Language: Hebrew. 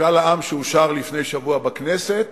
משאל העם שאושר לפני שבוע בכנסת